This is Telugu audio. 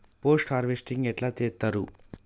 పోస్ట్ హార్వెస్టింగ్ ఎట్ల చేత్తరు?